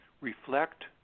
reflect